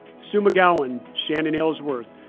sue mcgowan, shannon aylesworth,